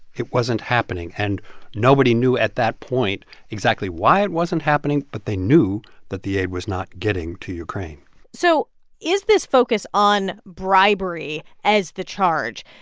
it wasn't happening. and nobody knew at that point exactly why it wasn't happening, but they knew that the aid was not getting to ukraine so is this focus on bribery as the charge?